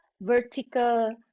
vertical